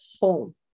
home